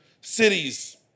cities